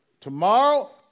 tomorrow